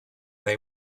they